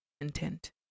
intent